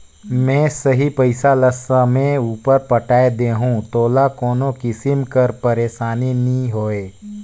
में सही पइसा ल समे उपर पटाए देहूं तोला कोनो किसिम कर पइरसानी नी होए